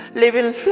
living